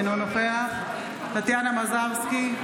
אינו נוכח טטיאנה מזרסקי,